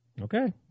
Okay